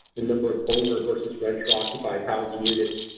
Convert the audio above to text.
the number of owner versus renter-occupied housing units,